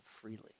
freely